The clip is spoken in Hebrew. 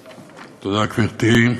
תודה, גברתי,